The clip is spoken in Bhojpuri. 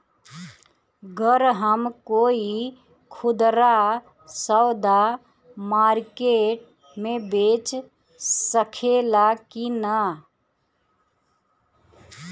गर हम कोई खुदरा सवदा मारकेट मे बेच सखेला कि न?